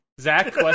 Zach